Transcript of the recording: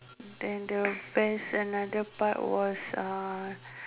then the best another part was uh